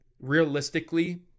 realistically